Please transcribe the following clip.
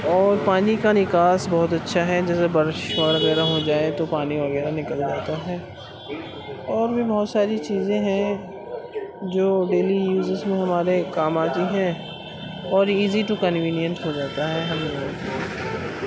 اور پانی کا نکاس بہت اچھا ہے جیسے بارش وغیرہ ہو جائے تو پانی وغیرہ نکل جاتا ہے اور بھی بہت ساری چیزیں ہیں جو ڈیلی یوزیز میں ہمارے کام آتی ہیں اور ایزی ٹو کنوینینٹ ہو جاتا ہے